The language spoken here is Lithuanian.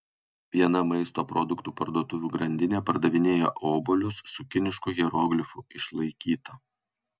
viena maisto produktų parduotuvių grandinė pardavinėja obuolius su kinišku hieroglifu išlaikyta